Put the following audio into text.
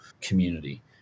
community